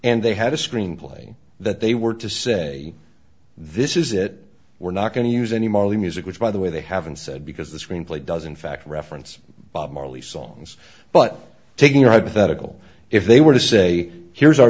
and they had a screenplay that they were to say this is it we're not going to use any more of the music which by the way they haven't said because the screenplay doesn't fact reference bob marley songs but taking a hypothetical if they were to say here's our